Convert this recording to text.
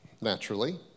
naturally